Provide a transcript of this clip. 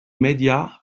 médias